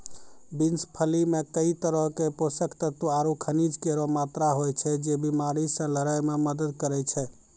beans फली मे कई तरहो क पोषक तत्व आरु खनिज केरो मात्रा होय छै, जे बीमारी से लड़ै म मदद करै छै